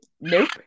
Nope